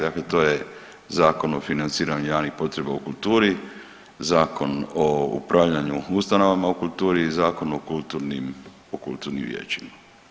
Dakle, to je Zakon o financiranju javnih potreba u kulturi, Zakon o upravljanju ustanovama u kulturi i Zakon o kulturnim, o kulturnim vijećima.